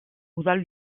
udal